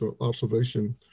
observation